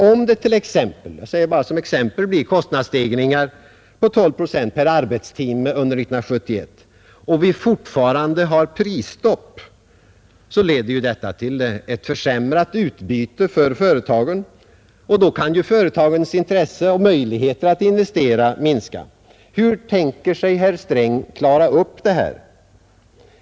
Om det t.ex. blir kostnadsstegringar på 12 procent per arbetstimme under 1971 och vi fortfarande har prisstopp, leder detta till ett försämrat utbyte för företagen, och då kan ju företagens intresse av och möjligheter till investeringar minska. Hur tänker herr Sträng att klara upp detta?